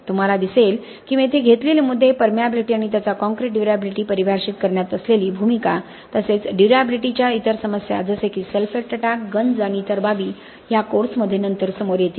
तुम्हाला दिसेल की मी येथे घेतलेले मुद्दे हे परमीयबिलिटी आणि त्याची कॉंक्रिट ड्युर्याबिलिटी परिभाषित करण्यात असलेली भूमिका तसेच ड्युर्याबिलिटीच्या इतर समस्या जसे की सल्फेट अभिक्रिया गंज आणि इतर बाबी ह्या कोर्समध्ये नंतर समोर येतील